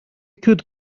could